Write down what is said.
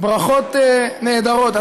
ברכות נהדרות.